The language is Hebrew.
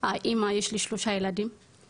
אני אמא יש לי שלושה ילדים,